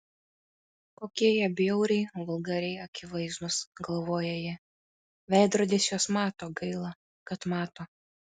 kokie jie bjauriai vulgariai akivaizdūs galvoja ji veidrodis juos mato gaila kad mato